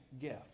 gift